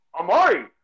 Amari